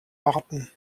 warten